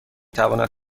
تواند